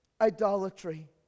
idolatry